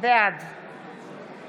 בעד